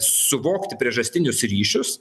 suvokti priežastinius ryšius